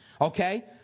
Okay